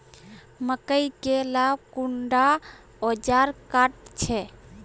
मकई के ला कुंडा ओजार काट छै?